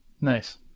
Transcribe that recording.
Nice